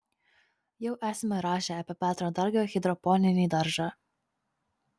jau esame rašę apie petro dargio hidroponinį daržą